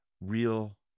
Real